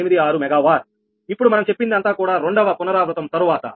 86 మెగావార్ ఇప్పుడు మనం చెప్పింది అంతా కూడా రెండవ పునరావృతం తరువాత